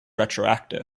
retroactive